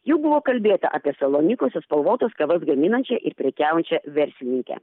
jau buvo kalbėta apie salonikuose spalvotas kavas gaminančią ir prekiaujančią verslininkę